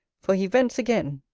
for he vents again.